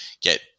get